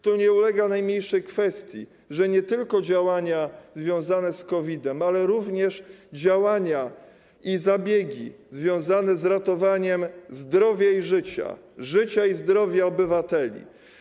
Tu nie ulega najmniejszej wątpliwości, że nie tylko chodzi o działania związane z COVID-em, ale również działania i zabiegi związane z ratowaniem zdrowia i życia, życia i zdrowia obywateli.